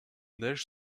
neige